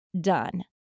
done